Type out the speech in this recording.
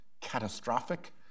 catastrophic